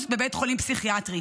אשפוז בבית חולים פסיכיאטרי.